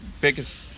biggest